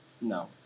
No